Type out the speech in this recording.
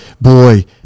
boy